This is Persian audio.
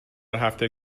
هفته